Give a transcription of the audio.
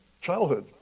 childhood